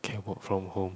can work from home